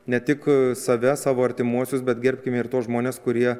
ne tik save savo artimuosius bet gerbkime ir tuos žmones kurie